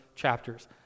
chapters